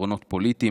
פתרונות פוליטיים,